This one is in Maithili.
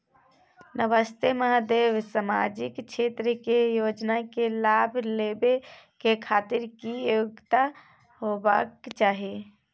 नमस्ते महोदय, सामाजिक क्षेत्र के योजना के लाभ लेबै के खातिर की योग्यता होबाक चाही?